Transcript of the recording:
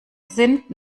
sind